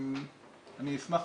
אני אשמח